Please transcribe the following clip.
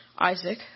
Isaac